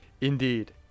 indeed